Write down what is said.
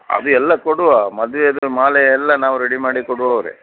ಅದು ಎಲ್ಲ ಕೊಡುವ ಮದುವೆದು ಮಾಲೆ ಎಲ್ಲ ನಾವು ರೆಡಿ ಮಾಡಿ ಕೊಡುವವರೇ